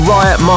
Riot